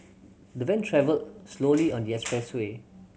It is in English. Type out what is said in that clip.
the van travelled slowly on the expressway